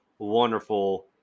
Wonderful